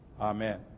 amen